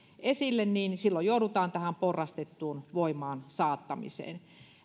esille niin silloin joudutaan tähän porrastettuun voimaansaattamiseen